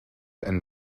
and